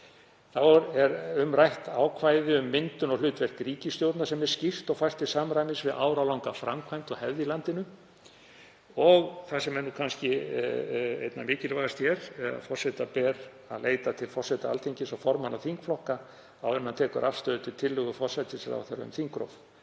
Þá er ákvæði um myndun og hlutverk ríkisstjórnar skýrt og fært til samræmis við áralanga framkvæmd og hefð í landinu. Og það sem er kannski einna mikilvægast hér, forseta ber að leita til forseta Alþingis og formanna þingflokka áður en hann tekur afstöðu til tillögu forsætisráðherra um þingrof.